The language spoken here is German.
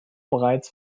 bereits